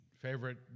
favorite